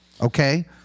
Okay